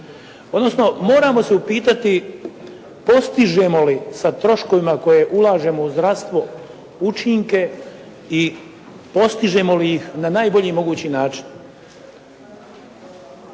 odnosno moramo se upitati postižemo li sa troškovima koje ulažemo u zdravstvo učinke i postižemo li ih na najbolji mogući način.